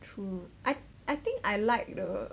true I I think I like the